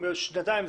שנתיים,